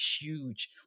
huge